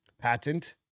Patent